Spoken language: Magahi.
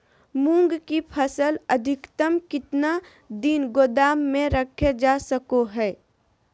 मूंग की फसल अधिकतम कितना दिन गोदाम में रखे जा सको हय?